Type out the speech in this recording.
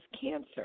cancer